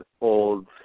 old